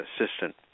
assistant